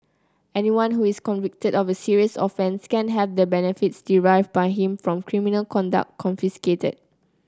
anyone who is convicted of a serious offence can have the benefits derived by him from criminal conduct confiscated